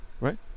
Right